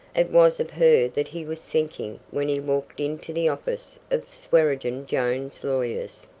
it was of her that he was thinking when he walked into the office of swearengen jones's lawyers.